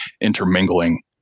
intermingling